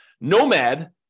nomad